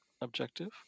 objective